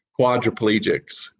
quadriplegics